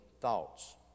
thoughts